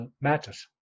matters